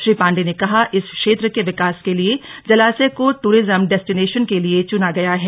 श्री पांडे ने कहा इस क्षेत्र के विकास के लिए जलाशय को ट्ररिज्म डेस्टिनेशन के लिए चुना गया है